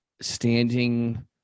standing